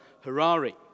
Harari